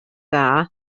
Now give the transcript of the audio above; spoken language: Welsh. dda